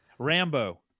Rambo